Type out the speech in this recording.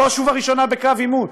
בראש וראשונה בקו העימות,